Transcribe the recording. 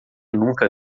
nunca